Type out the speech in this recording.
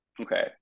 Okay